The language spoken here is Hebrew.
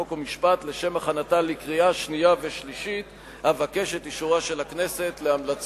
חוק ומשפט לשם הכנתה לקריאה שנייה ולקריאה שלישית.